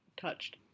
touched